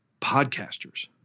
podcasters